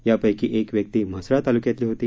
यापैकी एक व्यक्ती म्हसळा तालुक्यातली होती